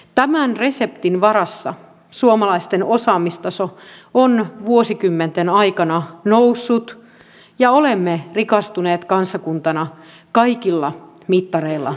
tämän reseptin varassa suomalaisten osaamistaso on vuosikymmenten aikana noussut ja olemme rikastuneet kansakuntana kaikilla mittareilla mitattuna